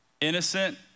innocent